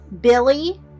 Billy